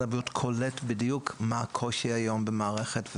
הבריאות קולט בדיוק מה הקושי היום במערכת,